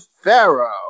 pharaoh